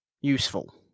useful